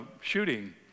shooting